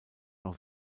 noch